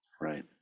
Right